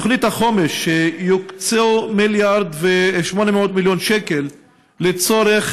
בתוכנית החומש יוקצו 1.8 מיליארד שקל לצורך